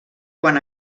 quan